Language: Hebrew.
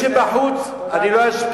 ושומעים אותי בממוצע 50,000 איש.